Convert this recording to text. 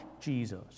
Jesus